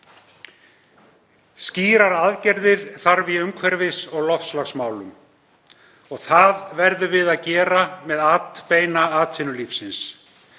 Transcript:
Skýrar aðgerðir þarf í umhverfis- og loftslagsmálum. Það gerum við með atbeina atvinnulífsins.